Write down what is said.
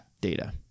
data